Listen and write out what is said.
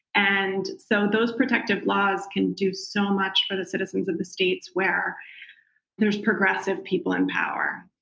and so those protective laws can do so much for the citizens of the states where there's progressive people in power.